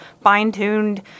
fine-tuned